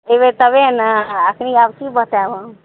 अयबै तबे ने अखन आब की बतायब हम